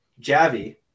Javi